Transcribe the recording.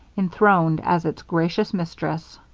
enthroned as its gracious mistress.